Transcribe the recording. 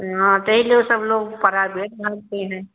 हाँ तभी तो सब लोग पराइभेट भागते हैं